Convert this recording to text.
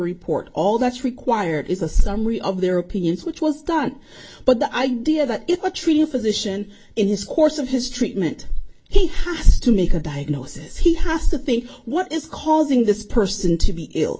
report all that's required is a summary of their opinions which was done but the idea that if a tree a physician in his course of his treatment he has to make a diagnosis he has to think what is causing this person to be ill